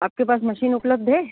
आपके पास मशीन उपलब्ध है